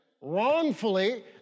wrongfully